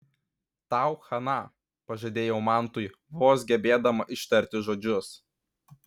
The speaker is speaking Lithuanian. tau chana pažadėjau mantui vos gebėdama ištarti žodžius